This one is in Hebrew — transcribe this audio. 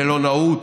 המלונאות,